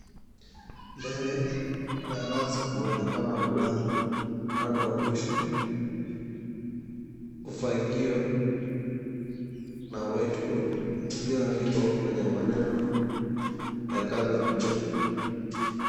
Mbele ya darasa kunaonekana mlango, upande wa mwisho ufagio na whiteboard ulioandikwa kwenye maneno ya colour blue .